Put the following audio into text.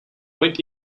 went